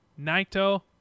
Naito